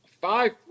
Five